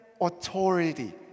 authority